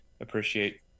appreciate